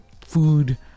food